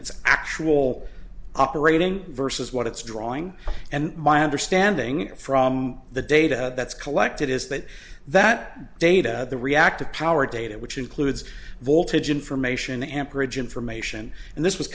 its actual operating versus what it's drawing and my understanding from the data that's collected is that that data the reactive power data which includes voltage information amperage information and this was